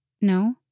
No